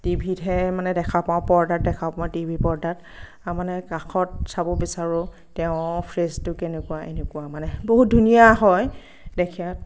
টিভিতহে মানে দেখা পাওঁ পৰ্দাত দেখা পাওঁ টিভিৰ পৰ্দাত আৰু মানে কাষত চাব বিচাৰোঁ তেওঁ ফ্ৰেজটো কেনেকুৱা এনেকুৱা মানে বহুত ধুনীয়া হয় দেখাত